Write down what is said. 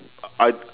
I